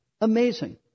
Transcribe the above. Amazing